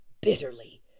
bitterly